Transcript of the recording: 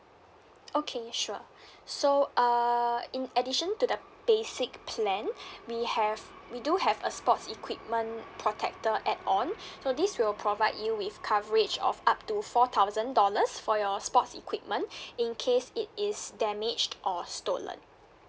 okay sure so uh in addition to the basic plan we have we do have a sports equipment protector add on so this will provide you with coverage of up to four thousand dollars for your sports equipment in case it is damaged or stolen